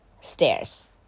stairs